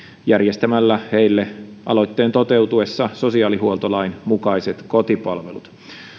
järjestämällä heille aloitteen toteutuessa sosiaalihuoltolain mukaiset kotipalvelut